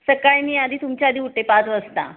सकाळी मी आधी तुमच्या आधी उठते पाच वाजता